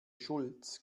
schulz